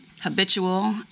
habitual